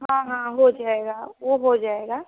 हाँ हाँ हो जाएगा वो हो जाएगा